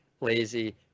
lazy